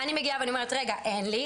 אני אומרת אין לי,